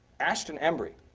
ashton embry,